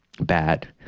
bad